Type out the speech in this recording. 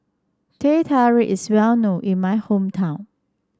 Teh Tarik is well known in my hometown